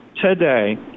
today